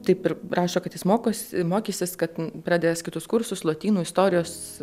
taip ir rašo kad jis mokosi mokysis kad pradės kitus kursus lotynų istorijos